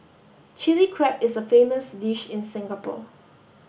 Chilli Crab is a famous dish in Singapore